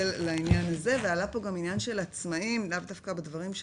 עלה פה גם עניין העצמאים, לאו דווקא בדברים שלך.